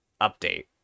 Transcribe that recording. update